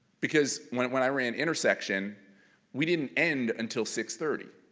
because when when i but and intersection we didn't end until six thirty